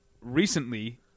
recently